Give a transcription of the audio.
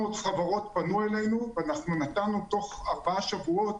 חברות פנו אלינו ותוך ארבעה שבועות